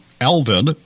Alvin